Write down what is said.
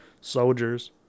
soldiers